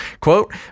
quote